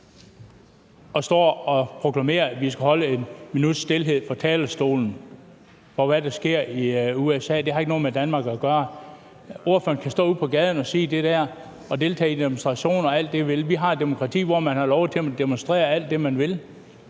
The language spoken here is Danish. og proklamer, at vi skal holde et minuts stilhed – fra talerstolen. Hvad der sker i USA, har ikke noget med Danmark at gøre. Ordføreren kan stå ude på gaden og sige det der og deltage i demonstrationer alt, hvad han vil. Vi har et demokrati, hvor man har lov til at demonstrere alt, hvad man vil.